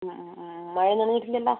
മഴ നനഞ്ഞിട്ടില്ലല്ലോ